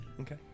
Okay